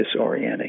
disorienting